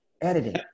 Editing